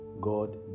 God